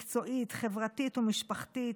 מקצועית, חברתית ומשפחתית.